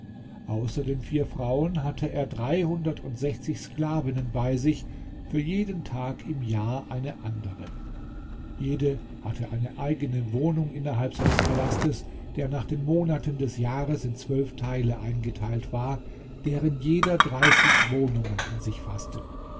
den vier frauen hatte er dreihundertundsechzig sklavinnen bei sich für jeden tag im jahr eine andere jede hatte eine eigene wohnung innerhalb seines palastes der nach den monaten des jahres in zwölf teile eingeteilt war deren jeder dreißig wohnungen in sich faßte